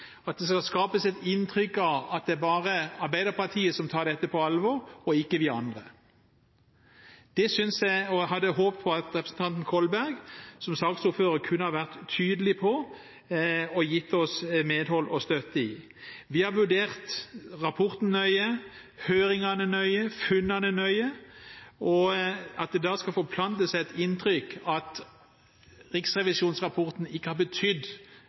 at det skal skapes et inntrykk av at det bare er Arbeiderpartiet som tar dette på alvor, og ikke vi andre. Det hadde jeg håpet at representanten Kolberg som saksordfører kunne ha vært tydelig på og gitt oss medhold og støtte i. Vi har vurdert rapporten nøye, høringene nøye, og funnene nøye. At det da skal forplante seg et inntrykk av at riksrevisjonsrapporten ikke har betydd